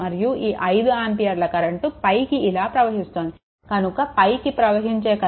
మరియు ఈ 5 ఆంపియర్ల కరెంట్ పైకి ఇలా ప్రవహిస్తోంది కనుక పైకి ప్రవహించే కరెంట్ విలువ i2 - i1